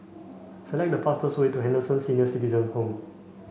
select the fastest way to Henderson Senior Citizens' Home